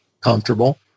comfortable